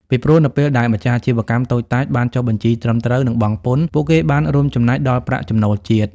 ពីព្រោះនៅពេលដែលម្ចាស់អាជីវកម្មតូចតាចបានចុះបញ្ជីត្រឹមត្រូវ និងបង់ពន្ធ ពួកគេបានរួមចំណែកដល់ប្រាក់ចំណូលជាតិ។